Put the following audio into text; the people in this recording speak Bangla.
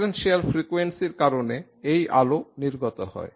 ডিফারেন্সিয়াল ফ্রিকোয়েন্সির কারণে এই আলো নির্গত হয়